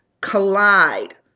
Collide